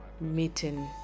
meeting